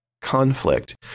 conflict